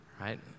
right